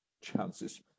chances